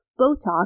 Botox